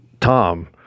Tom